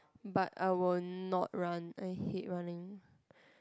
but I will not run I hate running